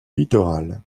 littoral